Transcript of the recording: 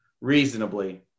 reasonably